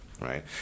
right